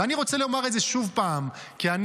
ואני רוצה לומר את זה שוב פעם: כשאני